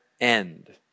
end